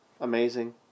amazing